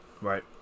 right